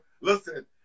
Listen